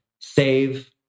save